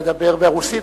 לדבר ברוסית,